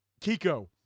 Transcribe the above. Kiko